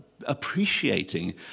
appreciating